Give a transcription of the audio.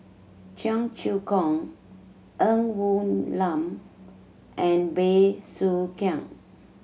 Cheong Choong Kong Ng Woon Lam and Bey Soo Khiang